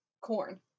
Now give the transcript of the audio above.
Corn